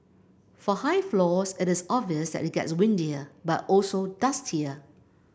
for high floors it is obvious that it gets windier but also dustier